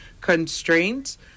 constraints